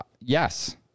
yes